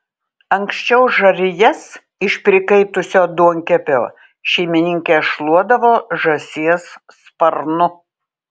anksčiau žarijas iš prikaitusio duonkepio šeimininkės šluodavo žąsies sparnu